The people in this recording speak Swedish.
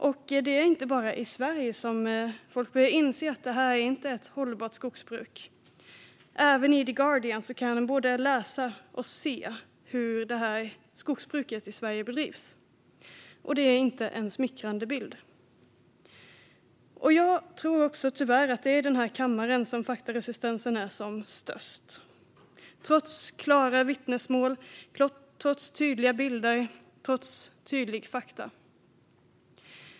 Och det är inte bara i Sverige som folk börjar inse att det här inte är ett hållbart skogsbruk. Även i The Guardian kan man läsa om och se hur skogsbruket i Sverige bedrivs, och det är inte en smickrande bild. Jag tror tyvärr också att det är i denna kammare som faktaresistensen är som störst - trots klara vittnesmål, trots tydliga bilder, trots tydliga fakta.